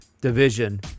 division